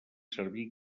servir